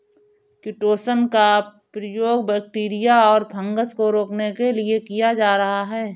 chitosan का प्रयोग bacteria और फँगस को रोकने के लिए किया जा रहा है